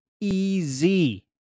easy